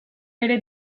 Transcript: bere